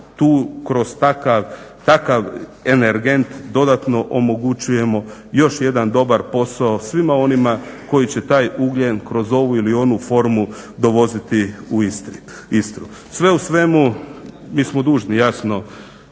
tu kroz takav energent dodatno omogućujemo još jedan dobar posao svima onima koji će taj ugljen kroz ovu ili onu formu dovoziti u Istru. Sve u svemu mi smo dužni jasno